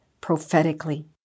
prophetically